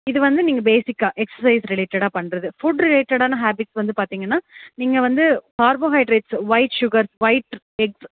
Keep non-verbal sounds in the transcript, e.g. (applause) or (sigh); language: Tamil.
இதுவந்து நீங்கள் பேசிக்காக எக்சசைஸ் ரிலேட்டடாக பண்ணுறது ஃபுட் ரிலேட்டடானா ஹேப்பிட்ஸ் வந்து பார்த்திங்கனா நீங்கள் வந்து கார்போஹைட்ரேட்ஸ் ஒயிட் சுகர் ஒயிட் (unintelligible)